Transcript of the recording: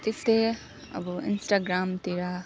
त्यस्तै अब इन्स्टाग्रामतिर